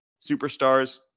superstars